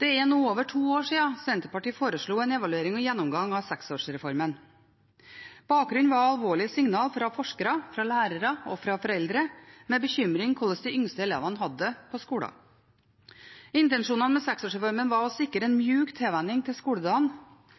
Det er nå over to år siden Senterpartiet foreslo en evaluering og gjennomgang av seksårsreformen. Bakgrunnen var alvorlige signaler fra forskere, fra lærere og fra foreldre med bekymring for hvordan de yngste elevene hadde det på skolen. Intensjonen med seksårsreformen var å sikre en myk tilvenning til skoledagen,